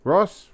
Ross